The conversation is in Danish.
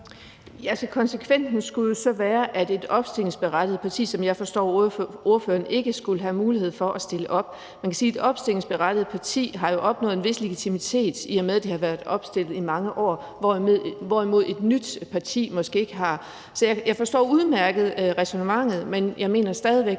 Vind (S): Konsekvensen skulle jo så være, at et opstillingsberettiget parti – som jeg forstår ordføreren – ikke skulle have mulighed for at stille op. Man kan sige, at et opstillingsberettiget parti jo har opnået en vis legitimitet, i og med at det har været opstillet i mange år, hvorimod et nyt parti måske ikke har det. Jeg forstår udmærket ræsonnementet, men jeg mener stadig væk,